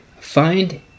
find